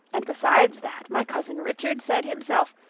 and besides that, my cousin richard said himself,